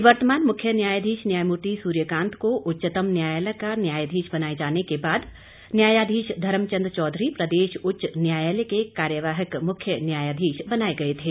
निवर्तमान मुख्य न्यायाधीश न्यायामूर्ति सूर्यकांत को उच्चतम न्यायालय का न्यायाधीश बनाए जाने के बाद न्यायाधीश धर्मचंद चौधरी प्रदेश उच्च न्यायालय के कार्यवाहक मुख्य न्यायाधीश बनाए गए थे